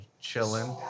chilling